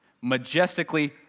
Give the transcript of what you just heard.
majestically